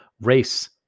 race